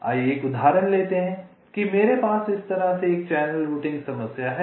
आइए एक उदाहरण लेते हैं कि मेरे पास इस तरह से एक चैनल रूटिंग समस्या है